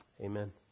Amen